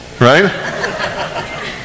Right